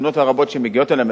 והתלונות הרבות שמגיעות אלי,